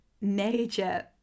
major